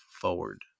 forward